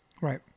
Right